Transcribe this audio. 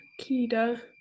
Kida